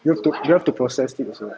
you have to you have to process it also